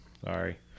Sorry